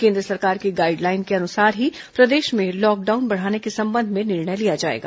केन्द्र सरकार की गाइडलाइन के अनुसार ही प्रदेश में लॉकडाउन बढ़ाने के संबंध में निर्णय लिया जाएगा